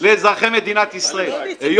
-- לאזרחי מדינת ישראל.